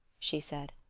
she said.